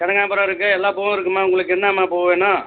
கனகாம்பரம் இருக்குது எல்லா பூவும் இருக்குதும்மா உங்களுக்கு என்னம்மா பூ வேணும்